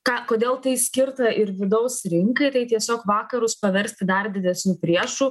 ką kodėl tai skirta ir vidaus rinkai tai tiesiog vakarus paversti dar didesniu priešu